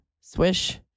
swish